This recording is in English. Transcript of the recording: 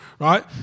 right